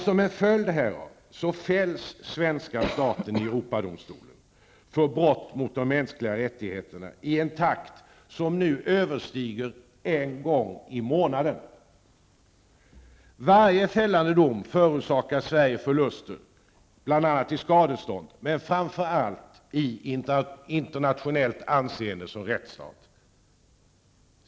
Som en följd härav fälls svenska staten i Europadomstolen för brott mot de mänskliga rättigheterna i en takt som nu överstiger en gång i månaden. Varje fällande dom förorsakar Sverige förluster bl.a. i skadestånd men framför allt i förlorat internationellt anseende som rättsstat.